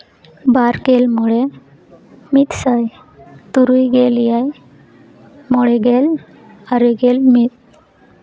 ᱵᱟᱨᱜᱮᱞ ᱢᱚᱬᱮ ᱢᱤᱫᱥᱟᱭ ᱛᱩᱨᱩᱭ ᱜᱮᱞ ᱮᱭᱟᱭ ᱢᱚᱬᱮ ᱜᱮᱞ ᱟᱨᱮ ᱜᱮᱞ ᱢᱤᱫ